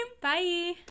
Bye